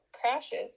crashes